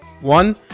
One